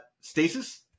Stasis